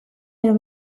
edo